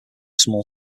small